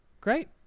Great